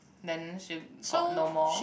then she got no more